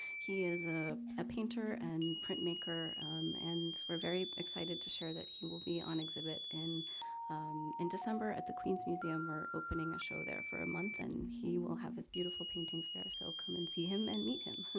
he is ah a painter and printmaker and we're very excited to share that he will be on exhibit in in december at the queens museum. we're opening a show there for a month and he will have his beautiful paintings there. so come and see him and meet him.